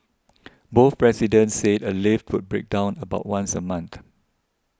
both residents said a lift would break down about once a month